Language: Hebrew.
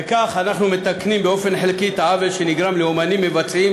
בכך אנחנו מתקנים באופן חלקי את העוול שנגרם לאמנים מבצעים